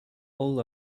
all